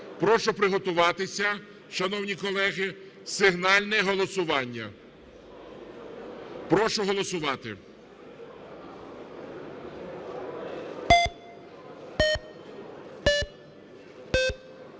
Прошу приготуватися. Шановні колеги, сигнальне голосування. Прошу голосувати.